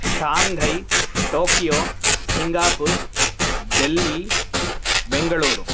Shanghai Tokyo Singapore Delhi Bengaluru